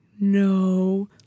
no